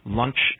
lunch